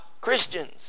Christians